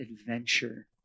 adventure